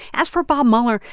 as for bob mueller,